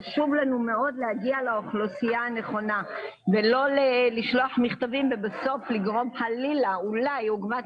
חשוב לנו להגיע לאוכלוסייה הנכונה ולא לשלוח מכתבים ולגרום חלילה עוגמת